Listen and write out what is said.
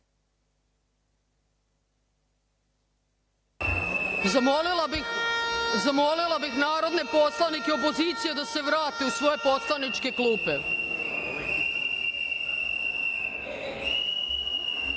radom. Zamolila bih narodne poslanike opozicije da se vrate u svoje poslaničke